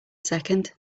second